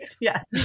Yes